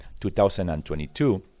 2022